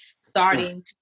starting